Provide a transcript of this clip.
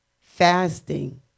Fasting